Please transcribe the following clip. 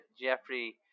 Jeffrey